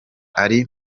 ari